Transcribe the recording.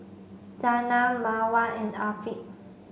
Zaynab Mawar and Afiq